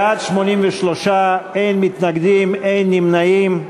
בעד, 83, אין מתנגדים ואין נמנעים.